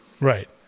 Right